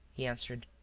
he answered.